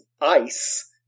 ice